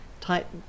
type